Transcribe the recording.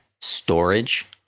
storage